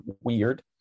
weird